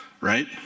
right